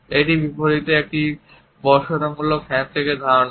এটির বিপরীতে একটি বশ্যতামূলক হ্যান্ডশেকের ধারণা